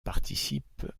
participe